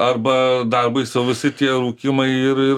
arba darbui savo srityje rūkymą ir ir